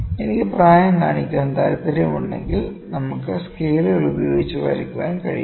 എനിക്ക് പ്രായം കാണിക്കാൻ താൽപ്പര്യമുണ്ടെങ്കിൽ നമുക്കു സ്കെയിലുകൾ ഉപയോഗിച്ച് വരയ്ക്കാൻ കഴിയും